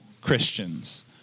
Christians